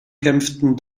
kämpften